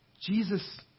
Jesus